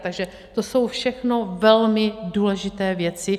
Takže to jsou všechno velmi důležité věci.